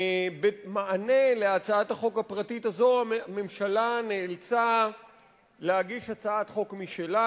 במענה על הצעת החוק הפרטית הזאת הממשלה נאלצה להגיש הצעת חוק משלה,